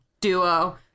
duo